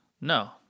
No